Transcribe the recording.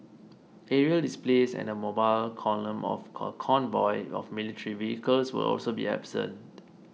aerial displays and the mobile column of a convoy of military vehicles will also be absent